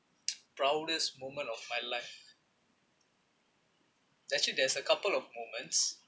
proudest moment of my life actually there's a couple of moments